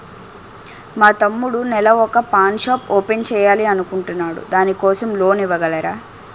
మా తమ్ముడు నెల వొక పాన్ షాప్ ఓపెన్ చేయాలి అనుకుంటునాడు దాని కోసం లోన్ ఇవగలరా?